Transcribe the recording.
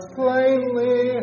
plainly